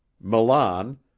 Milan